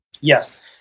Yes